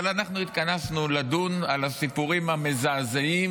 אבל אנחנו התכנסנו לדון בסיפורים המזעזעים